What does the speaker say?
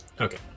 Okay